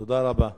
תודה רבה.